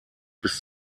bis